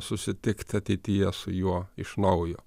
susitikt ateityje su juo iš naujo